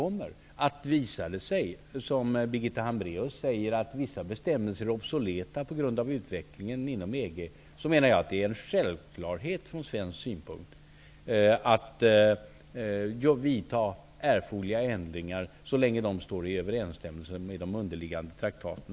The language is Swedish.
Om det visar sig -- som Birgitta Hambraeus säger -- att vissa bestämmelser är obsoleta på grund av utvecklingen inom EG är det enligt min mening en självklarhet från svensk synpunkt att erforderliga ändringar vidtas så länge dessa står i överensstämmelse med underliggande traktat.